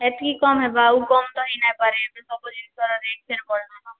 ହେତିକି କମ ହେବା ଆଉ କମ ତ ହେଇ ନାଇଁ ପାରେ ଏବେ ସବୁ ଜିନିଷର ରେଟ ଫେର୍ ବଢ଼୍ଲାନ